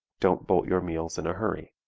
don't bolt your meals in a hurry.